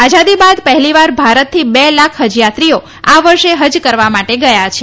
આઝાદી બાદ પહેલીવાર ભારતથી બે લાખ હજયાત્રીઓ આ વર્ષે હજ કરવામ માટે ગયા છે